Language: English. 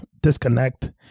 disconnect